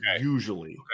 Usually